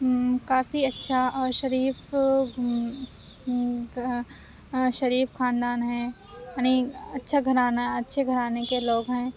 کافی اچھا اور شریف شریف خاندان ہے یعنی اچھا گھرانہ اچھے گھرانے کے لوگ ہیں